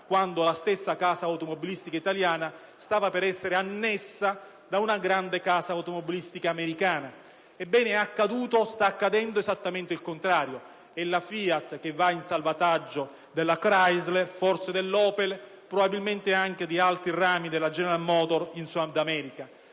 quando la stessa stava per essere annessa da una grande casa automobilistica americana. Ebbene, oggi si sta verificando esattamente il contrario: è la FIAT che va in salvataggio della Chrysler, forse dell'Opel, probabilmente di altri rami della General Motors in Sud America.